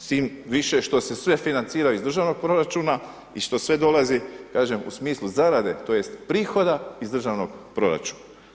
S tim više što si sve financirao iz državnog proračuna i što sve dolazi, kažem u smislu zarade, tj. prihoda iz državnog proračuna.